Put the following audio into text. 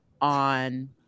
on